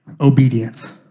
obedience